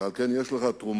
ועל כן, יש לך תרומה